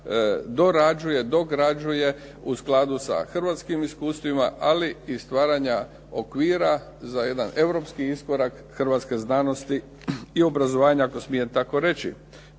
dograđuje u skladu sa hrvatskim iskustvima ali i stvaranja okvira za jedan europski iskorak hrvatske znanosti i obrazovanja ako smijem tako reći.